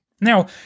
Now